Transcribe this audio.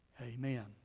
Amen